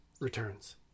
returns